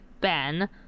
Ben